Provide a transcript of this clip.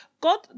God